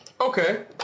okay